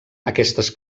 aquestes